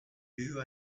you